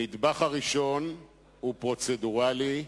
הנדבך הראשון הוא פרוצדורלי,